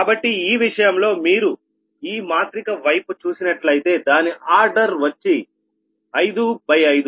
కాబట్టి ఈ విషయంలో మీరు ఈ మాత్రిక వైపు చూసినట్లయితే దాని ఆర్డర్ వచ్చి 5×5